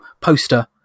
poster